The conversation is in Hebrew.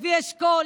לוי אשכול,